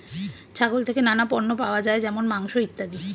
ছাগল থেকে নানা পণ্য পাওয়া যায় যেমন মাংস, ইত্যাদি